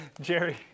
Jerry